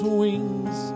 wings